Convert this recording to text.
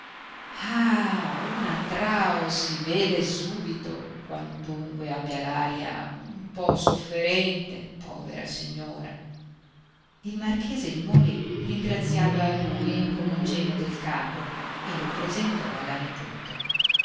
ah una trao si vede subito quantunque abbia l'aria un po sofferente povera signora il marchese limòli ringraziava lui con un cenno del capo e lo presentò alla nipote